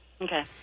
Okay